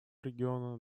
региону